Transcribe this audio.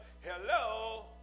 hello